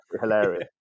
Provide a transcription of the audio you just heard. hilarious